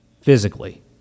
Physically